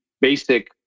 basic